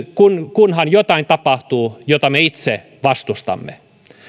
kunhan tapahtuu jotain mitä me itse vastustamme